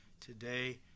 today